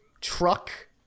truck